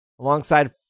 Alongside